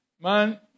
man